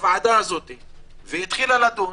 והתחילה לדון,